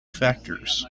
factors